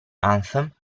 anthem